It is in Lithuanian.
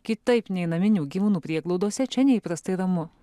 kitaip nei naminių gyvūnų prieglaudose čia neįprastai ramu